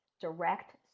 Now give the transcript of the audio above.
direct